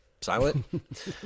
silent